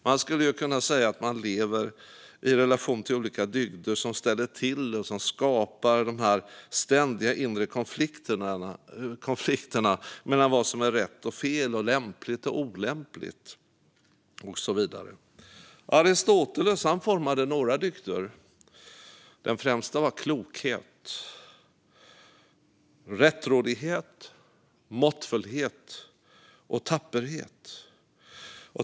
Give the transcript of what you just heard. Man skulle kunna säga att man lever i relation till olika dygder som ställer till det och som skapar dessa ständiga inre konflikter mellan vad som är rätt och fel, lämpligt och olämpligt och så vidare. Aristoteles formade några dygder. Den främsta var klokhet, men det var även rättrådighet, måttfullhet och tapperhet.